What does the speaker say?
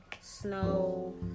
snow